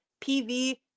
PV